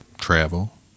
travel